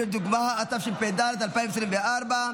התשפ"ד 2024,